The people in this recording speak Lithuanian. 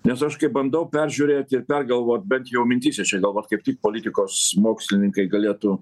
nes aš kai bandau peržiūrėti ir pergalvot bent jau mintyse čia gal vat kaip tik politikos mokslininkai galėtų